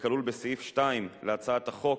וכלול בסעיף 2 להצעת החוק,